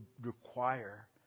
require